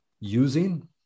using